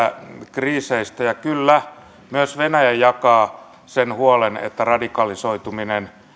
kriiseistä ja kyllä myös venäjä jakaa huolen siitä kuinka radikalisoituminen